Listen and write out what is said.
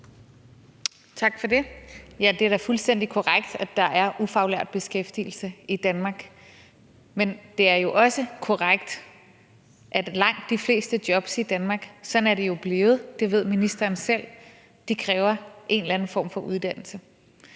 Tak for det. Ja, det er da fuldstændig korrekt, at der er ufaglært beskæftigelse i Danmark, men det er også korrekt, at langt de fleste jobs i Danmark – sådan er det jo blevet, og det ved ministeren selv – kræver en eller anden form for uddannelse.